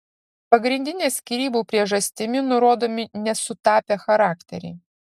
pagrindinė skyrybų priežastimi nurodomi nesutapę charakteriai